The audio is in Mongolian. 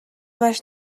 маш